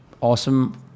awesome